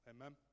Amen